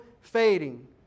fading